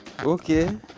okay